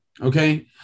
okay